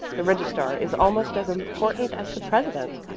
the registrar is almost as important as the president,